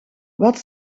wat